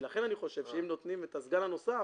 ולכן אני חושב שאם נותנים את הסגן הנוסף